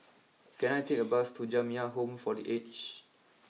can I take a bus to Jamiyah Home for the Aged